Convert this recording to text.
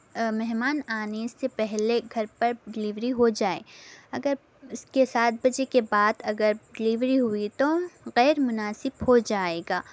مہمان آنے سے پہلے گھر پر ڈلیوری ہو جائے اگر اس کے سات بجے کے بعد اگر ڈلیوری ہوئی تو غیرمناسب ہو جائے گا